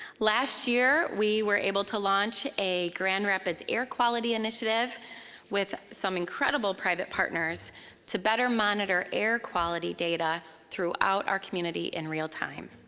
last year, we were able to launch a grand rapids air quality initiative with some incredible private partners to better monitor air-quality data throughout our community in real time.